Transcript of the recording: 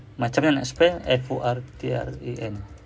macam mana nak spell F O R T L A N